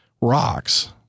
rocks